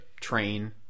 train